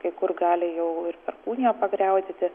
kai kur gali jau ir perkūnija pagriaudėti